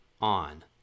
on